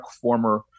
former